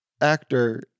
actor